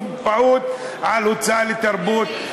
להוצאה לתרבות,